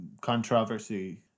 controversy